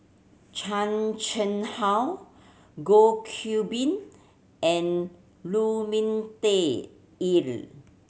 Chan Chang How Goh Qiu Bin and Lu Ming Teh Earl